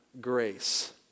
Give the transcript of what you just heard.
grace